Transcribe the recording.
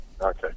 Okay